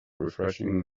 refreshing